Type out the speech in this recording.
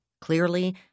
clearly